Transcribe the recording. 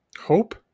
Hope